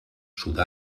sud